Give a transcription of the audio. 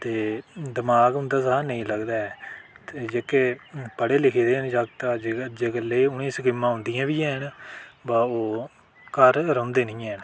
दे दमाक़ उदें शा नेईं लगदा ऐ जेह्के पढे़ लिखे दे न जगत अज्जै कल्लै दे उन्हें गी स्कीमां औदियां बी हैन बा ओह् घर रौंह्दे नेईं हैन